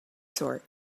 sort